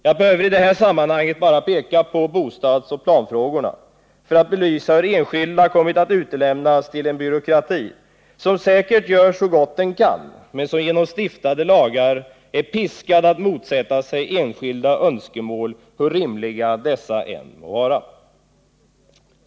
Jag behöver i detta sammanhang bara peka på bostadsoch planfrågorna för att belysa hur enskilda kommit att utlämnas till en byråkrati som säkert gör så gott den kan, men som genom stiftade lagar är piskad att motsätta sig enskilda önskemål, hur rimliga dessa än må vara.